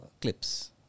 clips